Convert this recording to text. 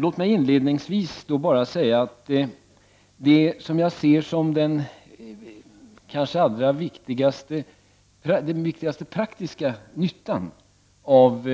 Låt mig inledningsvis då bara säga att det som jag ser som den kanske viktigaste praktiska nyttan av